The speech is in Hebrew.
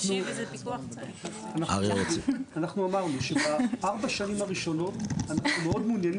אנחנו אמרנו שבארבע השנים הראשונות אנחנו מאוד מעוניינים